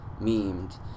memed